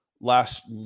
last